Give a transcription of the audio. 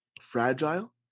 fragile